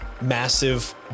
massive